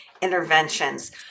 interventions